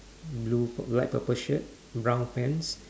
blue pu~ light purple shirt brown pants